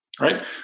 right